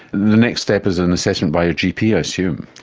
the next step is an assessment by your gp i assume.